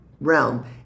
realm